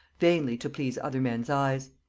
vainly to please other men's eyes.